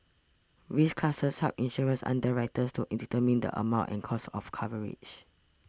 risk classes help insurance underwriters to determine the amount and cost of coverage